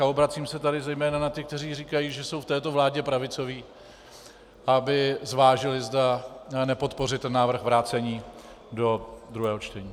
A obracím se zejména na ty, kteří říkají, že jsou v této vládě pravicoví, aby zvážili, zda nepodpořit návrh vrácení do druhého čtení.